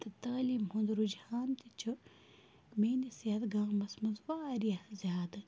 تہٕ تعٲلیٖم ہُنٛد رُجہان تہِ چھُ میٛٲنِس یَتھ گامَس منٛز واریاہ زیادٕ